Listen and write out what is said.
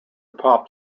pop